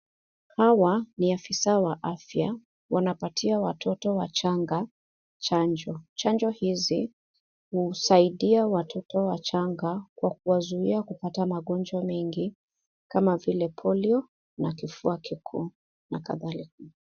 Hawa ni afisa wa afya wanapatia watoto wachanga chanjo. Chanjo hizi husaidia watoto wachanga kwa kuwazuia kupata magonjwa mengi kama vile polio na kifua kikuu na kadhalika.